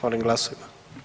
Molim glasujmo.